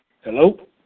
Hello